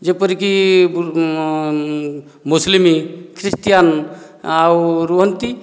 ଯେପରିକି Muslim Christian ଆଉ ରୁହନ୍ତି